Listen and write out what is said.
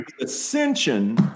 ascension